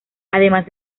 además